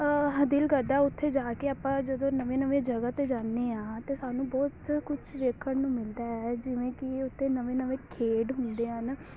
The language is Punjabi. ਹ ਦਿਲ ਕਰਦਾ ਉੱਥੇ ਜਾ ਕੇ ਆਪਾਂ ਜਦੋਂ ਨਵੇਂ ਨਵੇਂ ਜਗ੍ਹਾ 'ਤੇ ਜਾਂਦੇ ਹਾਂ ਅਤੇ ਸਾਨੂੰ ਬਹੁਤ ਕੁਛ ਵੇਖਣ ਨੂੰ ਮਿਲਦਾ ਹੈ ਜਿਵੇਂ ਕਿ ਉੱਥੇ ਨਵੇਂ ਨਵੇਂ ਖੇਡ ਹੁੰਦੇ ਹਨ